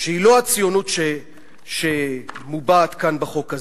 שהיא לא הציונות שמובעת כאן בחוק הזה.